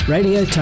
Radio